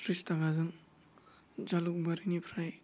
थ्रिस्टाखाजों जालुग बारिनिफ्राय